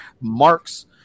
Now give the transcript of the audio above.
mark's